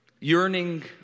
yearning